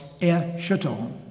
Erschütterung